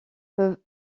peuvent